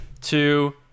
two